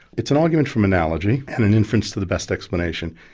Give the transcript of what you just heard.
it's an argument from analogy and an inference to the best explanation.